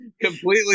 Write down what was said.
completely